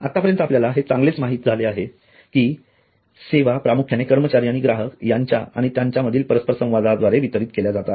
आत्तापर्यंत आपल्याला हे चांगलेच माहित झाले आहे की सेवा प्रामुख्याने कर्मचारी आणि ग्राहक यांच्यात आणि त्यांच्यामधील परस्पर संवादाद्वारे वितरीत केल्या जातात